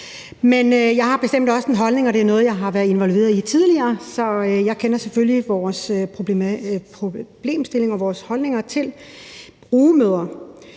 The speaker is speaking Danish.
jeg har bestemt også en holdning, og det er noget, jeg har været involveret i tidligere, så jeg kender selvfølgelig problemstillingen og vores holdninger til rugemødre.